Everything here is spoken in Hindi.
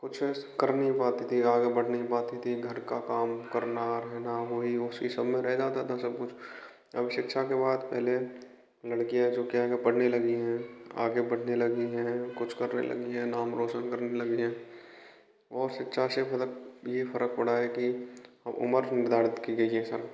कुछ ऐसे कर नहीं पाती थी आगे बढ़ नहीं पाती थी घर का काम करना रहना वही उसी समय रहना होता था सब कुछ अब शिक्षा के बाद पहले लड़कियाँ जो क्या है कि पढ़ने लगी हैं आगे बढ़ने लगी हैं कुछ करने लगी हैं नाम रौशन करने लगी हैं और शिक्षा से मतलब यह फर्क पड़ा है कि अब उम्र निर्धारित की गई है सब